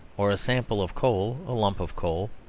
or a sample of coal a lump of coal,